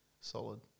Solid